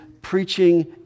preaching